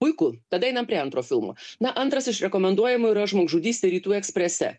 puiku tada einam prie antro filmo na antras iš rekomenduojamų yra žmogžudystė rytų eksprese